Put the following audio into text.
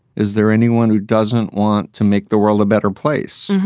is there anyone who doesn't want to make the world a better place?